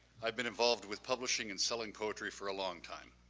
i've been involved with publishing and selling poetry for a long time.